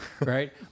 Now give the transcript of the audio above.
right